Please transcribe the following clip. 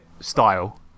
style